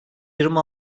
yirmi